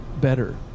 better